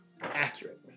accurate